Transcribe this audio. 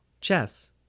Chess